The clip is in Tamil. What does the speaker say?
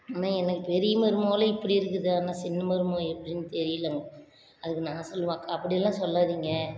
ஆனால் எனக்கு பெரிய மருமகளும் இப்படி இருக்குது ஆனால் சின்ன மருமக எப்படின்னு தெரியிலை அதுக்கு நான் சொல்லுவேன் அக்கா அப்படி எல்லாம் சொல்லாதீங்க